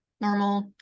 Normal